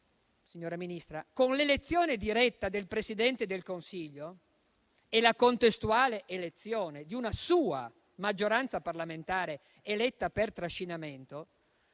Signora Ministra, con l'elezione diretta del Presidente del Consiglio e la contestuale elezione di una sua maggioranza parlamentare eletta per trascinamento